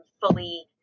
fully